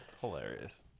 Hilarious